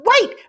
wait